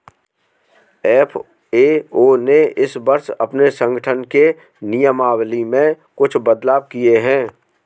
FAO ने इस वर्ष अपने संगठन के नियमावली में कुछ बदलाव किए हैं